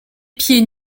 pieds